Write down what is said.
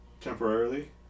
temporarily